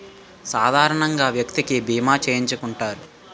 సాధారణంగా వ్యక్తికి బీమా చేయించుకుంటారు